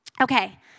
Okay